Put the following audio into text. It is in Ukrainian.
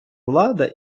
влади